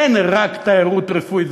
אין רק תיירות רפואית,